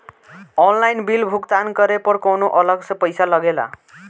Online bill भुगतान करे पर कौनो अलग से पईसा लगेला?